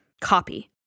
copy